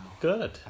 Good